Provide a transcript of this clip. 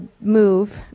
move